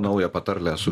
naują patarlę esu